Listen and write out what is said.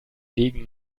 liegen